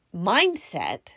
mindset